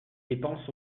dépenses